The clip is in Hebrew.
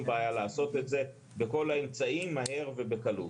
בעיה לעשות את זה בכל האמצעים מהר ובקלות.